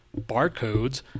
Barcodes